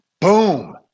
Boom